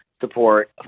support